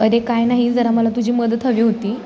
अरे काय नाही जरा मला तुझी मदत हवी होती